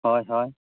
ᱦᱚᱭ ᱦᱚᱭ